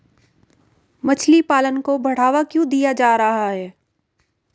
मछली पालन को बढ़ावा क्यों दिया जा रहा है?